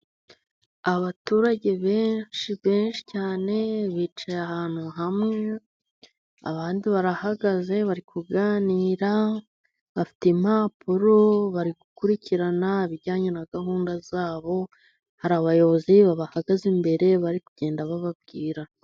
Abaturage benshi benshi cyane bicaye ahantu hamwe, abandi barahagaze bari kuganira. Bafite impapuro bari gukurikirana ibijyanye na gahunda zabo, hari abayobozi babahagaze imbere bari kugenda bababwira.